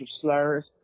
slurs